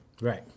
Right